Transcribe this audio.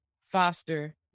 foster